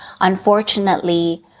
Unfortunately